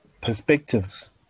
perspectives